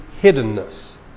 hiddenness